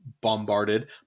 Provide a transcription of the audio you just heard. bombarded